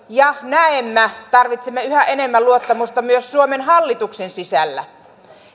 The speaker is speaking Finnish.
ja näemmä tarvitsemme yhä enemmän luottamusta myös suomen hallituksen sisällä